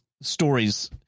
stories